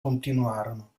continuarono